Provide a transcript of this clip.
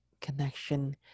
connection